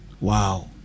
wow